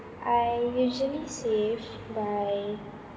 I usually save by